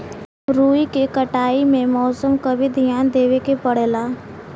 रुई के कटाई में मौसम क भी धियान देवे के पड़ेला